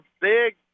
big –